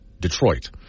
Detroit